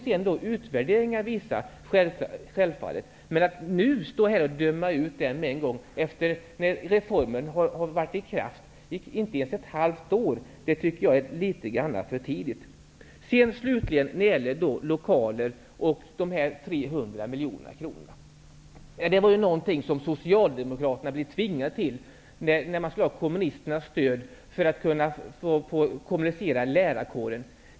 Men att nu döma ut reformen, sedan den har varit i kraft inte ens ett halvt år, tycker jag är litet grand för tidigt. Slutligen vill jag säga att de 300 miljonerna var någonting som Socialdemokraterna blev tvingade till, när de behövde kommunisternas stöd för att kunna kommunalisera lärarkåren.